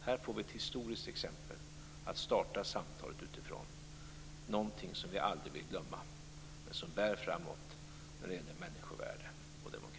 Här får vi ett historiskt exempel att starta samtalet utifrån, något som vi aldrig vill glömma, men som bär framåt när det gäller människovärde och demokrati.